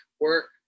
work